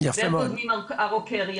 ואיך גוזמים סיגלון,